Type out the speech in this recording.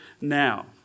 now